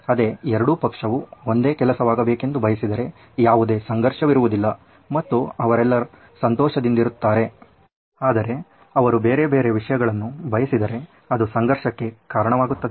ಅದೇ ಎರಡು ಪಕ್ಷವು ಒಂದೇ ಕೆಲಸವಾಗಬೇಕೆಂದು ಬಯಸಿದರೆ ಯಾವುದೇ ಸಂಘರ್ಷವಿರುವುದಿಲ್ಲ ಮತ್ತು ಅವರೆಲ್ಲ ಸಂತೋಷದಿಂದಿರುತ್ತಾರೆ ಆದರೆ ಅವರು ಬೇರೆ ಬೇರೆ ವಿಷಯಗಳನ್ನು ಬಯಸಿದರೆ ಅದು ಸಂಘರ್ಷಕ್ಕೆ ಕಾರಣವಾಗುತ್ತದೆ